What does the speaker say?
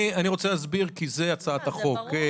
אני רוצה להסביר כי זאת הצעת החוק.